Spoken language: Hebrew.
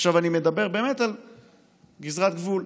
אני מדבר על גזרת גבול.